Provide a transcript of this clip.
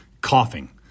coughing